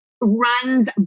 runs